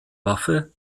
waffe